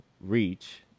reach